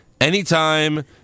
anytime